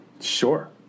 Sure